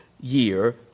year